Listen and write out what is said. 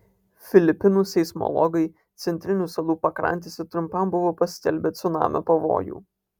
filipinų seismologai centrinių salų pakrantėse trumpam buvo paskelbę cunamio pavojų